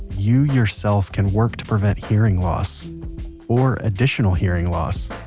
you yourself can work to prevent hearing loss or additional hearing loss.